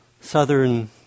southern